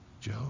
Joe